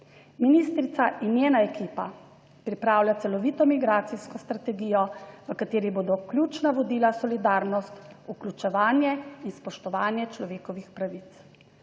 Ministrica in njena ekipa pripravlja celovito migracijsko strategijo, v kateri bodo ključna vodila solidarnost, vključevanje in spoštovanje človekovih pravic.